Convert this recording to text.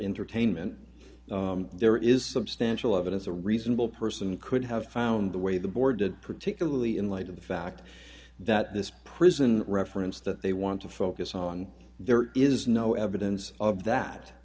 entertainment there is substantial evidence a reasonable person could have found the way the board did particularly in light of the fact that this prison reference that they want to focus on there is no evidence of that